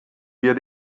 wir